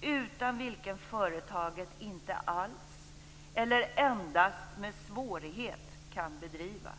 utan vilken företaget inte alls eller endast med svårighet kan bedrivas.